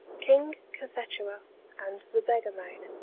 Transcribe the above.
king cophetua and the beggar-maid